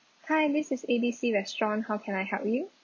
hi this is A B C restaurant how can I help you